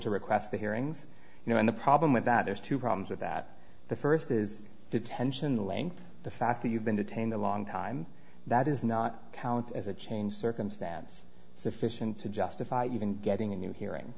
to request the hearings you know and the problem with that there's two problems with that the first is detention the length the fact that you've been detained a long time that is not count as a change circumstance sufficient to justify even getting a new hearing